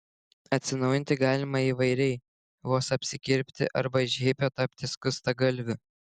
atsinaujinti galima įvairiai vos apsikirpti arba iš hipio tapti skustagalviu